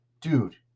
dude